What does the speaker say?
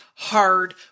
hard